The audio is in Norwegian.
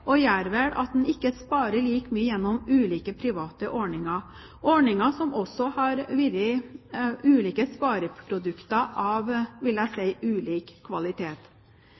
og gjør vel at en ikke sparer like mye gjennom ulike private ordninger – ordninger som har vært ulike spareprodukter av ulik kvalitet, vil jeg si.